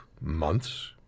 months